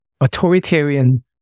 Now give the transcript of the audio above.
authoritarian